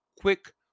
quick